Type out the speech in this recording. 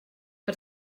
per